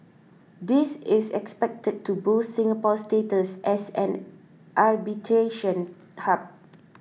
this is expected to boost Singapore's status as an arbitration hub